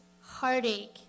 heartache